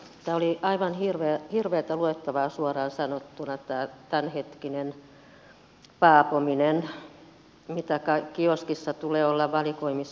tämä oli aivan hirveätä luettavaa suoraan sanottuna tämä tämänhetkinen paapominen mitä kioskissa tulee olla valikoimissa